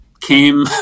came